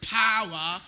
power